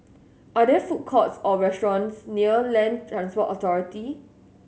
are there food courts or restaurants near Land Transport Authority